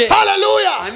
Hallelujah